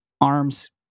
arms